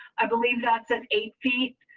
i believe that's an eight feet.